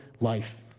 life